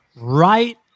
right